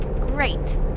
Great